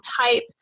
type